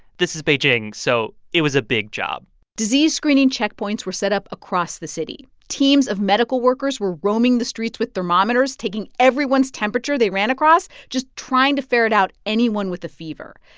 this is beijing, so it was a big job disease screening checkpoints were set up across the city. teams of medical workers were roaming the streets with thermometers, taking everyone's temperature they ran across just trying to ferret out anyone with a fever.